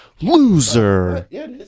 loser